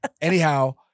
Anyhow